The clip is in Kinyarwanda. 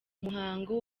muhango